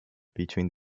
between